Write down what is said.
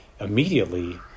immediately